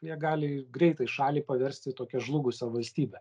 jie gali greitai šalį paversti tokia žlugusia valstybe